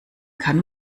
kann